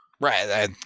Right